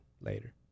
later